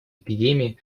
эпидемии